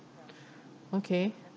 okay